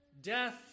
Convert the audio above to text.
death